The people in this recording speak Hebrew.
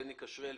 בני כשריאל,